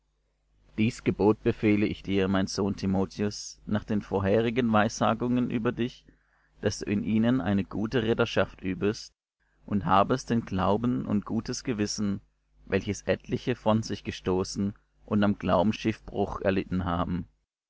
dies gebot befehle ich dir mein sohn timotheus nach den vorherigen weissagungen über dich daß du in ihnen eine gute ritterschaft übest und habest den glauben und gutes gewissen welches etliche von sich gestoßen und am glauben schiffbruch erlitten haben